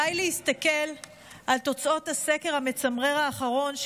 די להסתכל על תוצאות הסקר המצמרר האחרון,